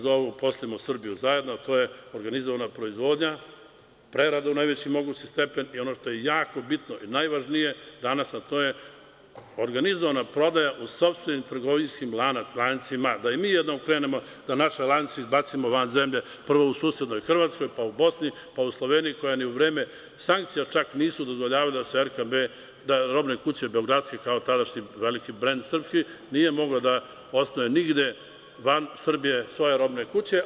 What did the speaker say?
Zovu se – uposlimo Srbiju zajedno, a to je organizovana proizvodnja, prerada, najveći mogući stepen i ono što je najvažnije danas, a to je organizovana prodaja u sopstvenim trgovinskim lancima, da i mi jednom krenemo, da naše lance izbacimo van zemlje, prvo u susednoj Hrvatskoj, pa u Bosni, pa u Sloveniji, koje ni u vreme sankcija čak nisu dozvoljavale da robne kuće beogradske, kao tadašnji veliki srpski brend, nije moglo da osnuje nigde van Srbije svoje robne kuće.